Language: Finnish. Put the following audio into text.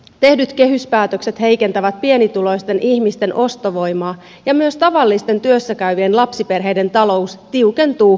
tehdyt kehyspäätökset heikentävät pienituloisten ihmisten ostovoimaa ja myös tavallisten työssäkäyvien lapsiperheiden talous tiukentuu entisestään